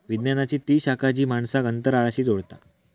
विज्ञानाची ती शाखा जी माणसांक अंतराळाशी जोडता